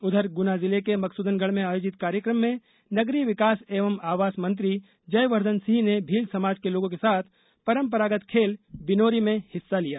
उधर गुना जिले के मकसूदनगढ़ में आयोजित कार्यक्रम में नगरीय विकास एवं आवास मंत्री जयवर्द्दन सिंह ने भील समाज के लोगों के साथ परंपरागत खेल बिनोरी में हिस्सा लिया